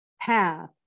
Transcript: path